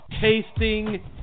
tasting